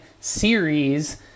series